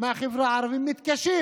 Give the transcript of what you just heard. מהחברה הערבית מתקשים